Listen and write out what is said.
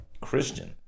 Christian